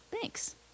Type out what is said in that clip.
Thanks